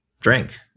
drink